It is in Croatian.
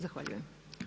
Zahvaljujem.